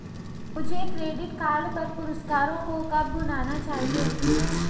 मुझे credit card पर पुरस्कारों को कब भुनाना चाहिए?